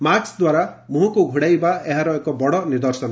ମାସ୍କଦ୍ୱାରା ମୁହଁକୁ ଘୋଡ଼ାଇବା ଏହାର ଏକ ବଡ଼ ନିଦର୍ଶନ